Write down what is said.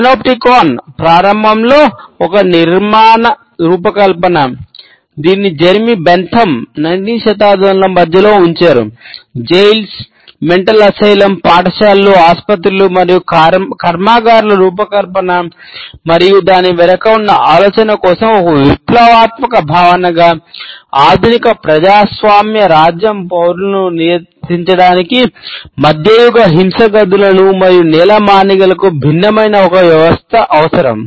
panopticon పాఠశాలలు ఆస్పత్రులు మరియు కర్మాగారాల రూపకల్పన మరియు దాని వెనుక ఉన్న ఆలోచన కోసం ఒక విప్లవాత్మక భావనగా ఆధునిక ప్రజాస్వామ్య రాజ్యం పౌరులను నియంత్రించడానికి మధ్యయుగ హింస గదులు మరియు నేలమాళిగలకు భిన్నమైన ఒక వ్యవస్థ అవసరం